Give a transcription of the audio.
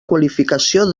qualificació